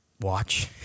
watch